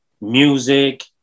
music